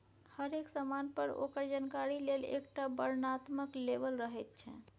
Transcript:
हरेक समान पर ओकर जानकारी लेल एकटा वर्णनात्मक लेबल रहैत छै